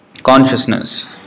Consciousness